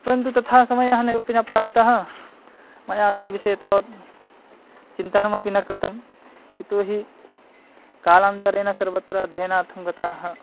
परन्तु तथा समयः नैवोपि न प्राप्तः मया तद्विषये तावत् चिन्तनमपि न कृतम् यतोहि कालान्तरेण सर्वत्र अध्ययनार्थं गताः